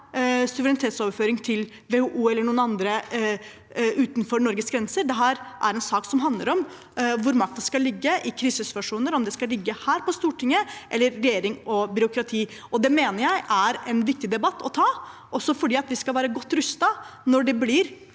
suverenitetsoverføring til WHO eller noen andre utenfor Norges grenser. Dette er en sak som handler om hvor makten skal ligge i krisesituasjoner, om den skal ligge her på Stortinget, eller i regjering og byråkrati. Det mener jeg er en viktig debatt å ta, også fordi vi skal være godt rustet når og hvis